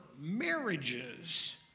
marriages